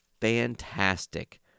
fantastic